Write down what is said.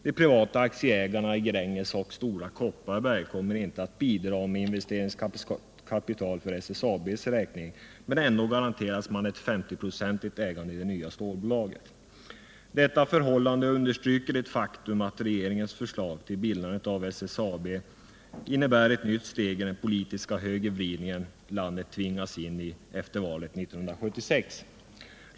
De privata aktieägarna i Gränges och Stora Kopparberg kommer inte att bidra med investeringskapital för SSAB:s räkning, men ändå garanteras man ett 50-procentigt ägande i det nya stålbolaget. Detta förhållande understryker det faktum att regeringens förslag till bildande av SSAB innebär ett nytt steg i den politiska högervridning som landet tvingats in i efter valet 1976.